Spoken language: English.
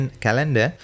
calendar